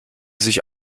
sich